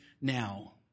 now